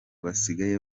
basigaye